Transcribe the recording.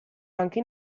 anche